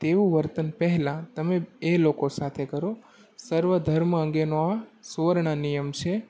તેવું વર્તન પહેલાં તમે એ લોકો સાથે કરો સર્વ ધર્મ અંગેનો આ સુવર્ણ નિયમ છે